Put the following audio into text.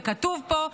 וכתוב פה: